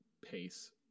Pace